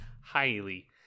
highly